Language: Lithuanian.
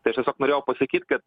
tai aš tiesiog norėjau pasakyt kad